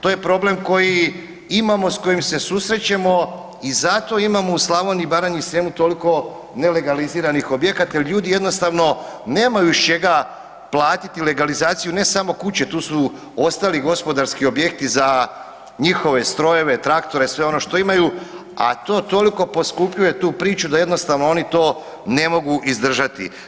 To je problem koji imamo s kojim se susrećemo i zato imamo u Slavoniji, Baranji i Srijemu toliko nelegaliziranih objekata jer ljudi jednostavno nemaju iz čega platiti legalizaciju ne samo kuće tu su ostali gospodarski objekti za njihove strojeve, traktore, sve ono što imaju, a to toliko poskupljuje tu priču da jednostavno oni to ne mogu izdržati.